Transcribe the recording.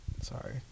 Sorry